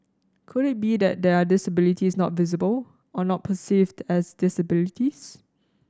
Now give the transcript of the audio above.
could it be that there are disabilities not visible or not perceived as disabilities